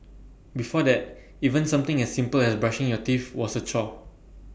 before that even something as simple as brushing your teeth was A chore